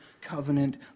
covenant